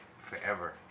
forever